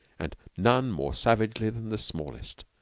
and none more savagely than the smallest,